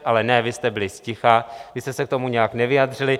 Ale ne, vy jste byli zticha, vy jste se k tomu nijak nevyjádřili.